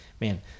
man